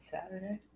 Saturday